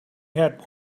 had